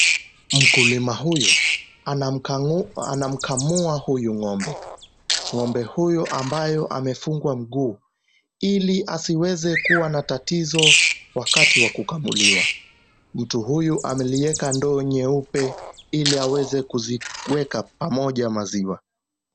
Mkulima huyu anamkamua huyu ng'ombe, ng'ombe huyu ambaye amefungwa mguu ili asiweze kuwa na tatizo wakati wa kukamuliwa, mtu huyu amelieka ndoo nyeupe ili aweze kuziweka pamoja maziwa.